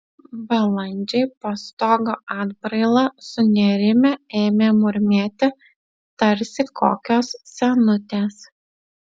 balandžiai po stogo atbraila sunerimę ėmė murmėti tarsi kokios senutės